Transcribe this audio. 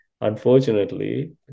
unfortunately